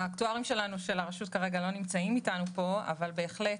האקטוארים של הרשות כרגע לא נמצאים אתנו פה אבל בהחלט